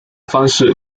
方式